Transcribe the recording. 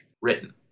written